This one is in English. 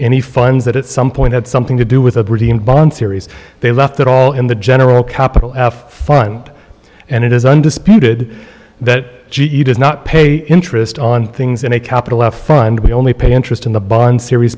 any funds that at some point had something to do with a pretty in bond series they left it all in the general capital f fund and it is undisputed that g e does not pay interest on things in a capital f fund we only pay interest in the bond seri